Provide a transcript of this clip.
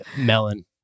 melon